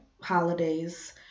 holidays